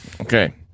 Okay